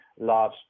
large